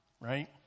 right